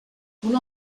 una